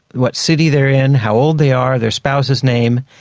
what city they're in, how old they are, their spouse's name,